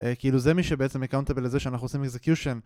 כאילו זה מי שבעצם אקאונטבל לזה שאנחנו עושים אקזקיושן